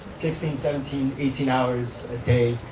sixteen, seventeen, eighteen hours a day.